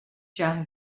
ĉar